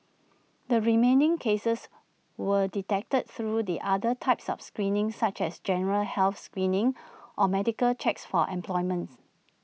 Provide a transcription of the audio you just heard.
the remaining cases were detected through the other types of screening such as general health screening or medical checks for employments